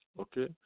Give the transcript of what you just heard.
Okay